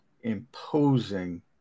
imposing